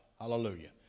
Hallelujah